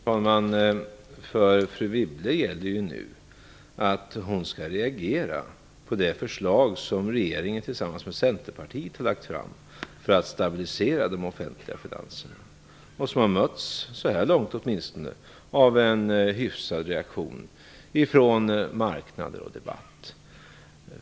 Fru talman! Fru Wibble skall nu reagera på de förslag som regeringen tillsammans med Centerpartiet har lagt fram för att stabilisera de offentliga finanserna. Det har, åtminstone så här långt, mötts av en hyfsad reaktion från marknader och i debatten.